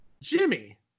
Jimmy